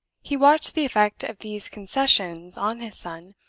he watched the effect of these concessions on his son,